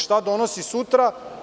Šta donosi sutra?